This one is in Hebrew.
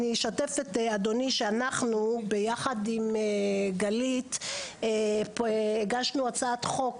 אני אשתף את אדוני שאנחנו ביחד עם גלית הגשנו הצעת חוק